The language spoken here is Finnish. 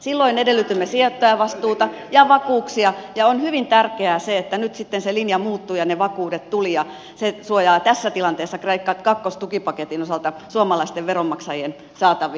silloin edellytimme sijoittajavastuuta ja vakuuksia ja on hyvin tärkeää se että nyt sitten se linja muuttui ja ne vakuudet tulivat ja se suojaa tässä tilanteessa kreikka kakkostukipaketin osalta suomalaisten veronmaksajien saatavia